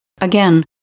Again